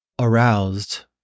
aroused